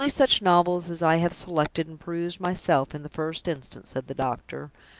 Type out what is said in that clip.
only such novels as i have selected and perused myself, in the first instance, said the doctor.